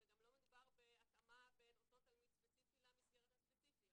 וגם לא מדובר בהתאמה בין אותו תלמיד ספציפי למסגרת הספציפית.